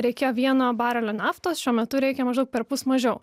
reikėjo vieno barelio naftos šiuo metu reikia maždaug perpus mažiau